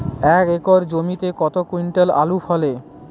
এক একর জমিতে কত কুইন্টাল আলু ফলে?